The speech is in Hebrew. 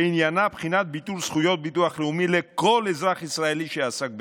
שעניינה בחינת ביטול זכויות ביטוח לאומי לכל אזרח ישראלי שעסק בטרור.